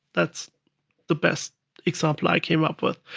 that's the best example i came up with.